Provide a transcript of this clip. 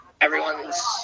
everyone's